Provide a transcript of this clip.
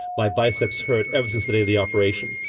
my biceps hurt ever since the day of the operation.